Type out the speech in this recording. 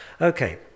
Okay